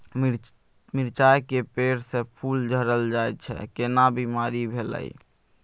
मिर्चाय के पेड़ स फूल झरल जाय छै केना बीमारी भेलई?